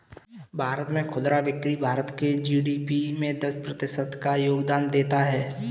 भारत में खुदरा बिक्री भारत के जी.डी.पी में दस प्रतिशत का योगदान देता है